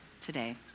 today